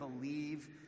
believe